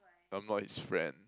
I'm not his friend